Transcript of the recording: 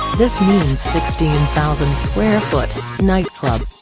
this means sixteen thousand square-foot nightclub.